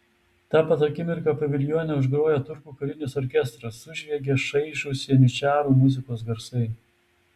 tą pat akimirką paviljone užgroja turkų karinis orkestras sužviegia šaižūs janyčarų muzikos garsai